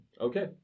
Okay